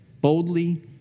boldly